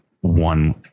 one